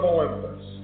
Olympus